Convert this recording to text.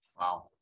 Wow